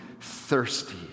thirsty